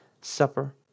supper